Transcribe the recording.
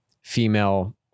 female